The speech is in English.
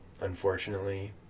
unfortunately